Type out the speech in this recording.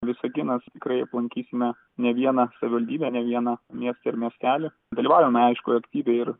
visaginas tikrai aplankysime ne vieną savivaldybę ne vieną miestą ir miestelį dalyvaujame aišku aktyviai ir